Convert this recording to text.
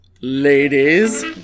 Ladies